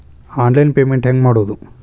Online payment ಹೆಂಗ್ ಮಾಡೋದು?